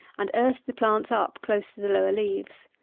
and earth the plants up close to the lower leaves.